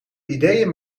ideeën